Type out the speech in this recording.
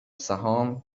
سهام